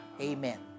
Amen